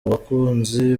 abakunzi